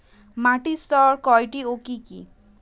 মাটির স্তর কয়টি ও কি কি?